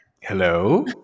Hello